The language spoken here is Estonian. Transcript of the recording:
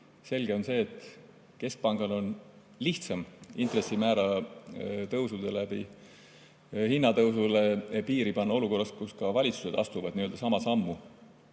selge on see, et keskpangal on lihtsam intressimäära tõusude läbi hinnatõusule piiri panna olukorras, kus ka valitsused astuvad sama sammu